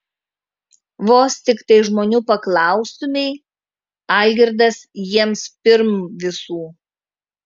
vos tiktai žmonių paklaustumei algirdas jiems pirm visų